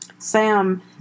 Sam